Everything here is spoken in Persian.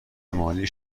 مالی